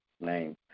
name